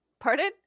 Pardon